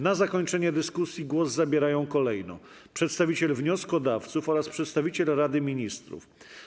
Na zakończenie dyskusji głos zabierają kolejno przedstawiciel wnioskodawców oraz przedstawiciel Rady Ministrów.